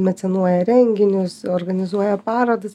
mecenuoja renginius organizuoja parodas